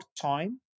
time